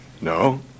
no